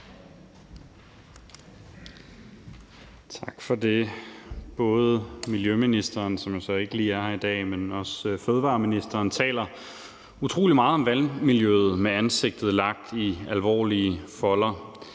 Tak for det. Både miljøministeren, som jo så ikke lige er her i dag, men også fødevareministeren taler utrolig meget om vandmiljøet med ansigtet lagt i alvorlige folder,